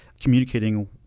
communicating